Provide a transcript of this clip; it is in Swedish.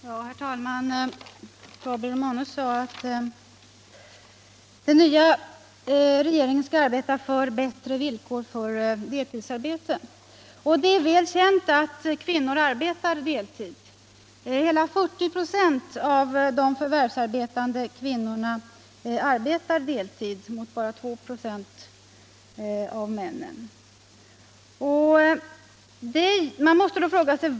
Herr talman! Gabriel Romanus sade att den nya regeringen skall arbeta för bättre villkor för deltidsarbete. Det är väl känt att kvinnor arbetar deltid. Hela 40 26 av de förvärvsarbetande kvinnorna arbetar deltid mot bara 2 926 av männen.